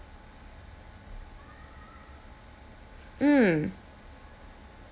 mm